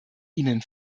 ihnen